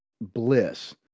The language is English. bliss